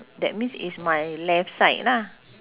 that means it's my left side lah